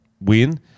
win